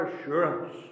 assurance